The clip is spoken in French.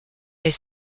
est